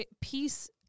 peace